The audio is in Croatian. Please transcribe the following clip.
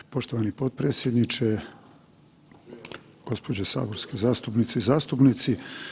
Poštovani potpredsjedniče, gospođe saborske zastupnice i zastupnici.